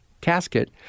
casket